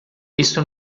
isto